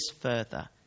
further